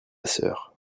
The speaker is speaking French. sœur